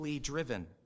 driven